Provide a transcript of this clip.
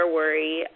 worry